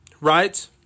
right